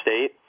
state